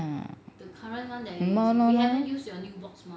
the new box [one] haven't open yet